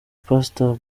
pastor